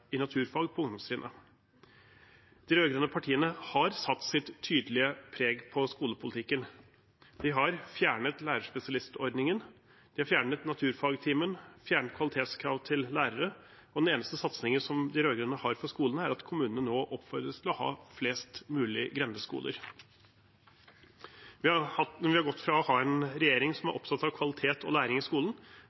i naturfag på ungdomstrinnet. De rød-grønne partiene har satt sitt tydelige preg på skolepolitikken. De har fjernet lærerspesialistordningen, de har fjernet naturfagstimen, og de har fjernet kvalitetskrav til lærerne. Den eneste satsingen de rød-grønne har for skolene, er at kommunene nå oppfordres til å ha flest mulig grendeskoler. Vi har gått fra å ha en regjering som var opptatt av kvalitet og læring i skolen,